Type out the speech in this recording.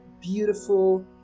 beautiful